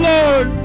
Lord